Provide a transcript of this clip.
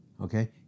okay